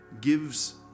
gives